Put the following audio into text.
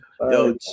Yo